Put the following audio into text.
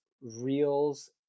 Reels